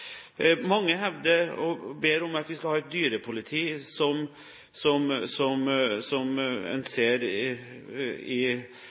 Mange hevder – og ber om – at vi skal ha et dyrepoliti, som